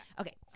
Okay